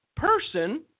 person